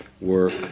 work